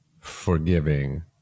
forgiving